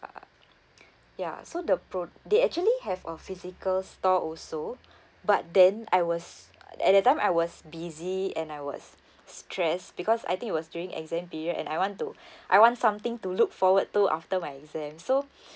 ya so the pro~ they actually have a physical store also but then I was at that time I was busy and I was stress because I think it was during exam period and I want to I want something to look forward to after my exam so